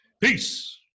Peace